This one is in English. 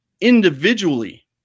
individually